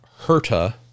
herta